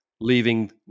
leaving